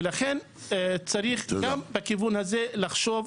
ולכן צריך גם בכיוון הזה לחשוב,